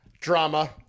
drama